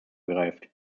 ergreift